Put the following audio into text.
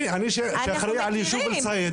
אני שאחראי על ישוב אל סייד,